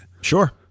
sure